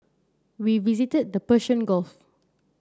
we visited the Persian Gulf